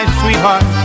sweetheart